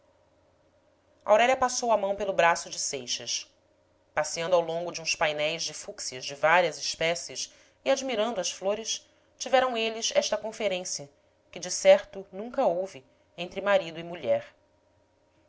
firmina aurélia passou a mão pelo braço de seixas passeando ao longo de uns painéis de fúcsias de várias espécies e admirando as flores tiveram eles esta conferência que de certo nunca houve entre marido e mulher